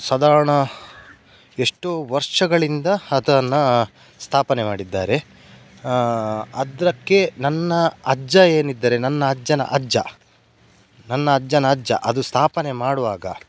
ಸಾಧಾರಣ ಎಷ್ಟೋ ವರ್ಷಗಳಿಂದ ಅದನ್ನು ಸ್ಥಾಪನೆ ಮಾಡಿದ್ದಾರೆ ಅದಕ್ಕೆ ನನ್ನ ಅಜ್ಜ ಏನಿದ್ದಾರೆ ನನ್ನ ಅಜ್ಜನ ಅಜ್ಜ ನನ್ನ ಅಜ್ಜನ ಅಜ್ಜ ಅದು ಸ್ಥಾಪನೆ ಮಾಡುವಾಗ